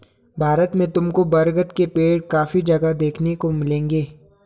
भारत में तुमको बरगद के पेड़ काफी जगह देखने को मिलेंगे